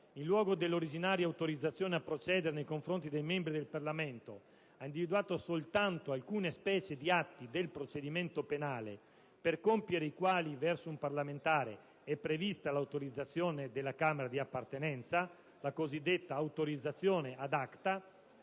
in luogo dell'originaria autorizzazione a procedere nei confronti dei membri del Parlamento - individuato soltanto alcune specie di atti del procedimento penale per compiere i quali verso un parlamentare è prevista l'autorizzazione della Camera di appartenenza (cosiddetta autorizzazione *ad acta*),